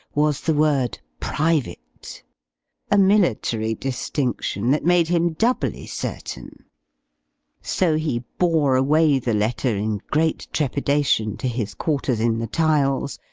was the word private a military distinction that made him doubly certain so, he bore away the letter, in great trepidation, to his quarters in the tiles,